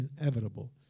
inevitable